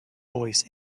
voice